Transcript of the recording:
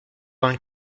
vingt